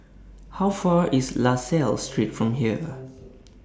How Far away IS La Salle Street from here